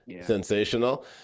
sensational